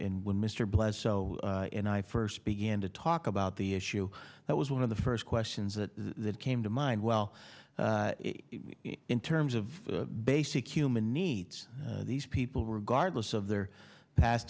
and when mr bledsoe and i first began to talk about the issue that was one of the first questions that came to mind well in terms of basic human needs these people regardless of their past